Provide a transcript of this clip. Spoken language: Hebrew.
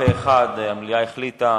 המליאה החליטה